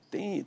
Tem